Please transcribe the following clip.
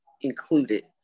included